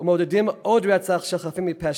ומעודדות עוד רצח של חפים מפשע,